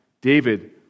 David